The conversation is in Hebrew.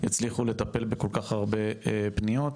יצליחו לטפל בכל כך הרבה פניות.